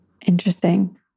Interesting